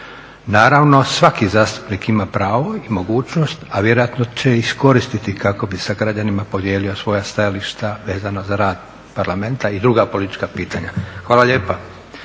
Naravno, svaki zastupnik ima pravo i mogućnost a vjerojatno će iskoristiti kako bi sa građanima podijelio svoja stajališta vezano za rad Parlamenta i druga politička pitanja. Hvala lijepa.